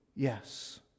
Yes